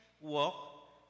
walk